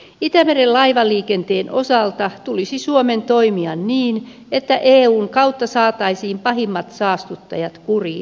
itämeren laivaliikenteen osalta suomen tulisi toimia niin että eun kautta saataisiin pahimmat saastuttajat kuriin